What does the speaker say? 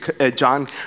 John